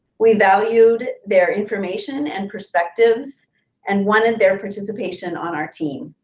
we valued their information and perspectives and wanted their participation on our team.